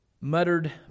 muttered